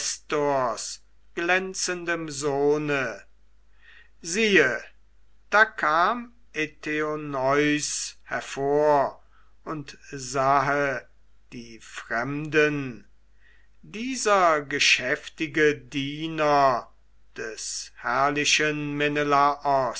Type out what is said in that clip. glänzendem sohne siehe da kam eteoneus hervor und sahe die fremden dieser geschäftige diener des herrlichen